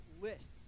lists